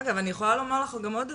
אגב, אני יכולה לומר לך גם עוד דבר,